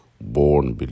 Born